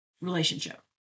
relationship